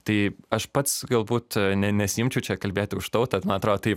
tai aš pats galbūt ne nesiimčiau čia kalbėti už tautą ir man atro tai